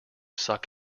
suck